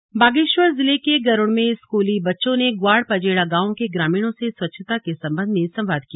स्वच्छता संवाद बागेश्वर जिले के गरूड़ में स्कूली बच्चों ने ग्वाड़ पजेड़ा गांव के ग्रामीणों से स्वच्छता के संबंध में संवाद किया